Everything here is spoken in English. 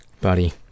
Buddy